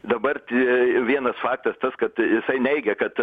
dabarti vienas faktas tas kad jisai neigia kad